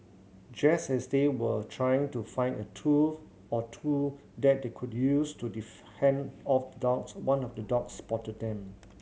just as they were trying to find a tool or two that they could use to the off the dogs one of the dogs spotted them